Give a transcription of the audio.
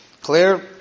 Clear